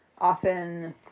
Often